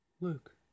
Luke